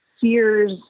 fears